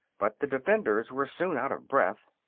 but the defenders were soon out of breath.